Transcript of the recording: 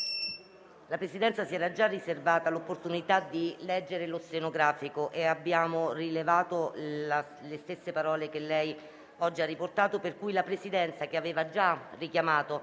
la Presidenza si era già riservata l'opportunità di leggere lo stenografico e abbiamo rilevato le stesse parole che lei oggi ha riportato. Pertanto la Presidenza, che aveva già richiamato